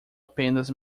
apenas